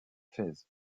fès